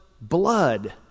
blood